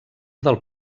del